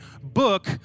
book